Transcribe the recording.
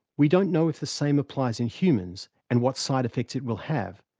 we don't know if the same applies in humans and what side effects it will have,